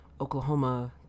Oklahoma